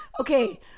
Okay